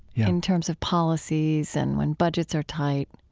in terms of policies and when budgets are tight.